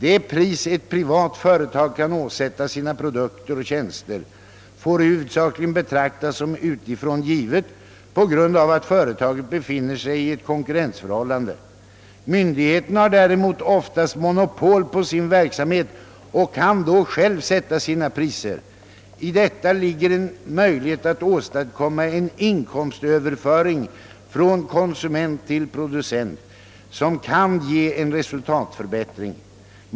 Det pris ett privat företag kan åsätta sina produkter och tjänster får huvudsakligen betraktas som utifrån givet på grund av att företaget befinner sig i ett konkurrensförhållande. - Myndigheten har däremot oftast monopol på sin verksamhet och kan då själv sätta sina priser. I detta ligger en möjlighet att åstadkomma en inkomstöverföring från konsumenter till producent som kan ge en resultatförbättring.